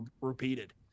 repeated